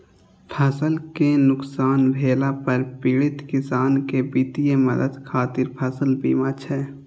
फसल कें नुकसान भेला पर पीड़ित किसान कें वित्तीय मदद खातिर फसल बीमा छै